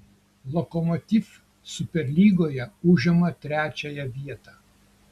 lokomotiv superlygoje užima trečiąją vietą